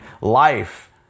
life